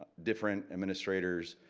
different administrators,